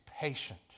patient